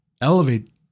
Elevate